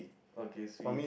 okay sweet